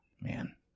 Man